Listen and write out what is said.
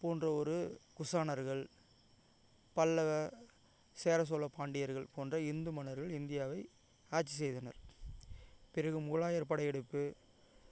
போன்ற ஒரு உசாணர்கள் பல்லவ சேர சோழ பாண்டியர்கள் போன்ற இந்து மன்னர்கள் இந்தியாவை ஆட்சி செய்தனர் பிறகு முகலாயர் படையெடுப்பு